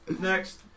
next